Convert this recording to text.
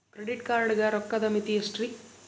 Credit card ಗ ರೋಕ್ಕದ್ ಮಿತಿ ಎಷ್ಟ್ರಿ?